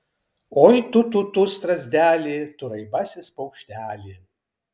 oi tu tu tu strazdeli tu raibasis paukšteli